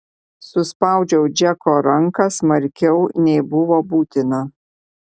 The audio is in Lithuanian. suspaudžiau džeko ranką smarkiau nei buvo būtina